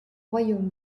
royaume